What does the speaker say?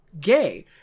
gay